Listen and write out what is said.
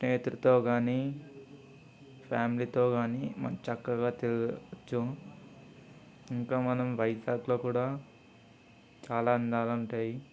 స్నేహితుడితో కాని ఫ్యామిలీతో కాని మనం చక్కగా తిరగచ్చు ఇంకా మనం వైజాగ్లో కూడా చాలా అందాలు ఉంటాయి